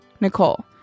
Nicole